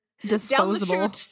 disposable